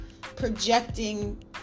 projecting